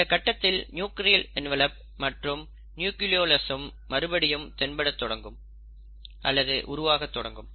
இந்தக் கட்டத்தில் nuclear envelope மற்றும் நியூக்ளியோலஸ்சும் மறுபடியும் தென்படத் தொடங்கும் அல்லது உருவாகத் தொடங்கும்